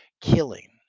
killing